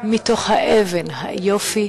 מתוך האבן, היופי,